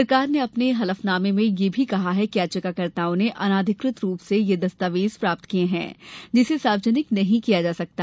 सरकार ने अपने हलफनामें में यह भी कहा है कि याचिकाकर्ताओं ने अनाधिकृत रूप से ये दस्तावेज प्राप्त किए हैं जिसे सार्वजनिक नहीं किया जा सकता